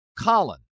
Colin